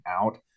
out